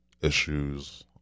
issues